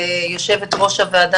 יושבת ראש הוועדה,